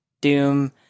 Doom